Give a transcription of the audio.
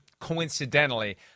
coincidentally